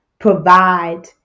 Provide